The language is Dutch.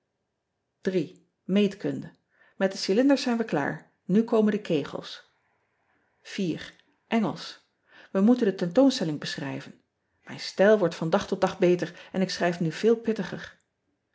eetkunde et de ylinders zijn we klaar nu komen de egels ean ebster adertje angbeen ngelsch ij moeten de tentoonstelling eschrijven ijn stijl wordt van dag tot dag beter en ik schrijf nu veel pittiger